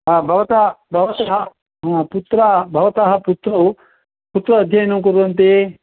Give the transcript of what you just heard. भवतः भवतः पुत्रः भवतः पुत्रौ कुत्र अध्ययनं कुर्वन्ति